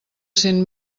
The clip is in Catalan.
cent